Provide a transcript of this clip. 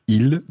il